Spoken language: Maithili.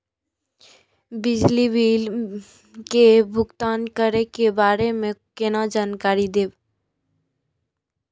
बिजली बिल के भुगतान करै के बारे में केना जानकारी देब?